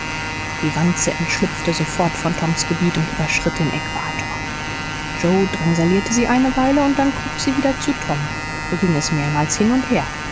die wanze entschlüpfte sofort von toms gebiet und überschritt den äquator joe drangsalierte sie eine weile und dann kroch sie wieder zu tom so ging es mehrmals hin und her